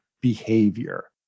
behavior